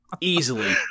Easily